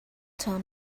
tell